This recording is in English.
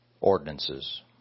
ordinances